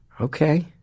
Okay